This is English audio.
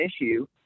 issue